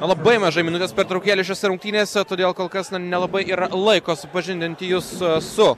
labai mažai minutės pertraukėlės šiose rungtynėse todėl kol kas nelabai yra laiko supažindinti jus su